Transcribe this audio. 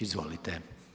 Izvolite.